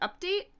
update